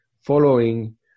following